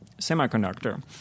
semiconductor